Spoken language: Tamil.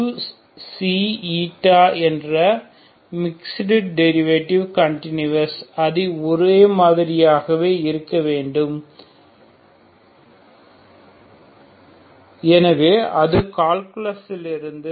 uξ η என்ற மிக்ஸ்ட் டெரிவேடிவ் கண்டினுயஸ் அது ஒரே மாதிரியாக இருக்க வேண்டும் எனவே அது கால்குலஸிலிருந்து